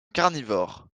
carnivore